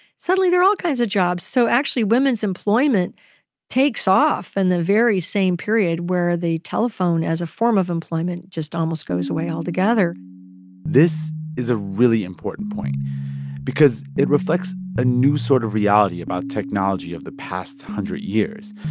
suddenly, there are all kinds of jobs. so actually, women's employment takes off in and the very same period where the telephone as a form of employment just almost goes away altogether this is a really important point because it reflects a new sort of reality about technology of the past hundred years.